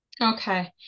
Okay